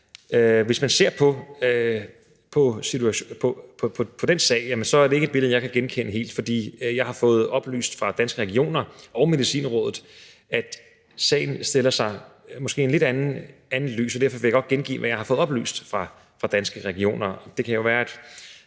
Hvis man ser på den sag, er det ikke et billede, jeg helt kan genkende, for jeg har fået oplyst af Danske Regioner og Medicinrådet, at sagen stiller sig i et måske lidt andet lys, og derfor vil jeg godt gengive, hvad jeg har fået oplyst af Danske Regioner.